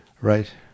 Right